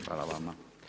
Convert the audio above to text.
Hvala vama.